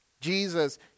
Jesus